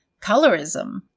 colorism